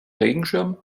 regenschirm